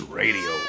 radio